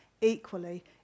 equally